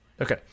Okay